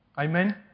Amen